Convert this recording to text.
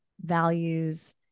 values